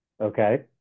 Okay